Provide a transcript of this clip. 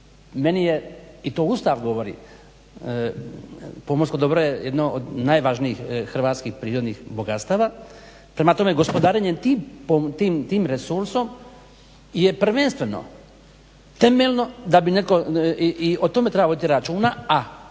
Meni je i to Ustav govori, pomorsko dobro je jedno od najvažnijih hrvatskih prirodnih bogatstava, prema tome gospodarenje tim resursom je prvenstveno temeljno da bi netko, i o tome treba voditi računa a